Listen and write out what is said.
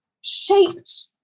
shaped